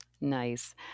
Nice